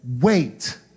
wait